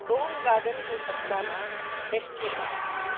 Tong गार्डनको सट्टामा फ्रेस्रो पाएँ